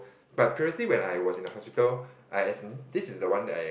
but previously when I was in the hospital I this is the one that I